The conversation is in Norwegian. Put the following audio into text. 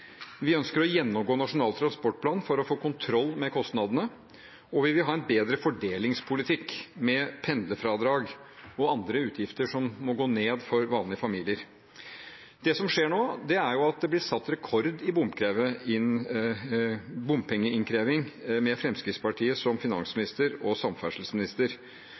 Vi ønsker å gjennomgå Nasjonal transportplan for å få kontroll med kostnadene. Og vi vil ha en bedre fordelingspolitikk med pendlerfradrag, og andre utgifter må gå ned for vanlige familier. Det som skjer nå, er at det blir satt rekord i bompengeinnkrevingen med finansminister og samferdselsminister fra Fremskrittspartiet. I Stortinget kom det i går til behandling tre store veiprosjekter som